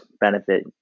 benefit